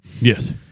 Yes